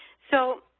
so